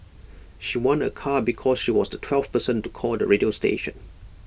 she won A car because she was the twelfth person to call the radio station